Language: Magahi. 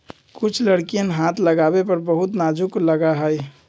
कुछ लकड़ियन हाथ लगावे पर बहुत नाजुक लगा हई